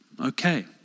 Okay